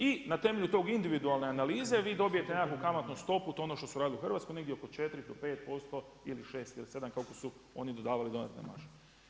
I na temelju tog individualne analize, vi dobijete nekakvu kamatnu stopu, to je ono što su radili u Hrvatskoj negdje oko 4 do 5% ili 6 ili 7, kako su oni dodavali dodatne marže.